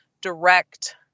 direct